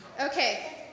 Okay